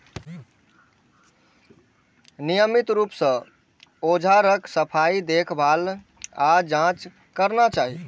नियमित रूप सं औजारक सफाई, देखभाल आ जांच करना चाही